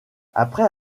après